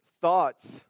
thoughts